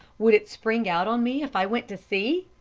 would it spring out on me if i went to see?